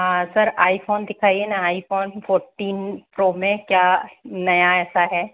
sir iPhone दिखाइए ना iPhone fourteen Pro में क्या नया ऐसा है